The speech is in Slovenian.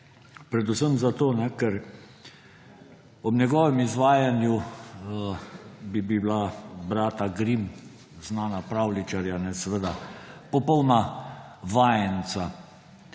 Predvsem zato, ker ob njegovem izvajanju bi bila brata Grimm, znana pravljičarja, popolna vajenca.